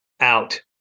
out